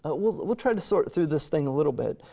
but we'll we'll try to sort through this thing a little bit.